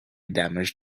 damaged